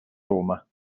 roma